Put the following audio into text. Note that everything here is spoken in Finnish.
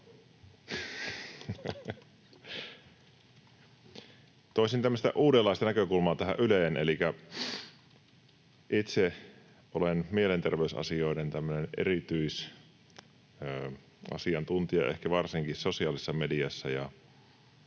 tämmöistä uudenlaista näkökulmaa Yleen. Itse olen ehkä tämmöinen mielenterveysasioiden erityisasiantuntija, varsinkin sosiaalisessa mediassa,